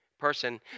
person